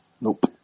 Nope